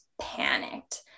panicked